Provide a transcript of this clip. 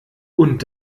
und